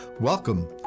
Welcome